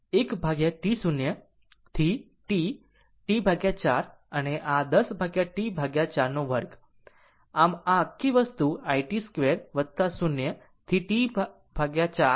આમ આ ભાગ પ્રથમ આ ભાગ 1 ભાગ્યા √ 1 ભાગ્યાT0 થી T T 4 અને આ 10 ભાગ્યા T42 છે